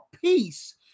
peace